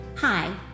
Hi